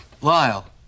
Lyle